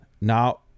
now